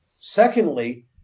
Secondly